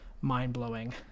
mind-blowing